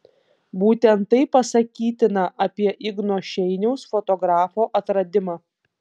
būtent tai pasakytina apie igno šeiniaus fotografo atradimą